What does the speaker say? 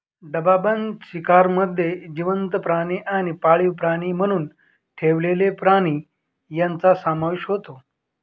डबाबंद शिकारमध्ये जिवंत प्राणी आणि पाळीव प्राणी म्हणून ठेवलेले प्राणी यांचा समावेश होतो